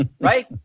Right